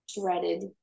dreaded